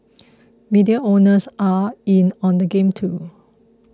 media owners are in on the game too